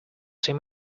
seem